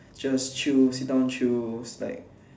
just chill sit down chill like